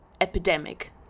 epidemic